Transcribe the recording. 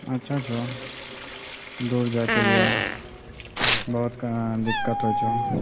अच्छा छौ दूर जाइ के लिये बहुतके दिक्कत होइ छौ